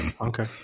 Okay